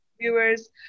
viewers